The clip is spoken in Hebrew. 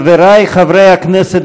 חבריי חברי הכנסת